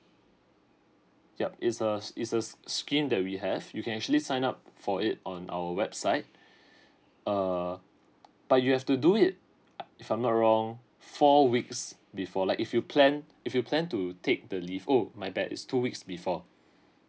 yup it's a it's a scheme that we have you can actually sign up for it on our website err but you have to do it if I'm not wrong four weeks before like if you plan if you plan to take the leave oh my bad is two weeks before